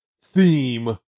theme